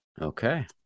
Okay